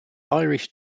irish